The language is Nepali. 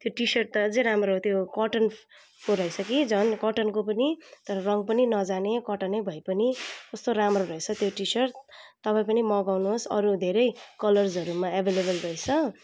त्यो टी सर्ट त अझ राम्रो त्यो कटनको रहेछ कति झन् कटनको पनि तर रङ पनि नजाने कटन नै भए पनि कस्तो राम्रो रहेछ त्यो टी सर्ट तपाईँ पनि मगाउनु होस् अरू धेरै कलर्सहरूमा एभाइलेभल रहेछ